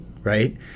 right